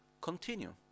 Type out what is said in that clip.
continue